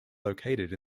located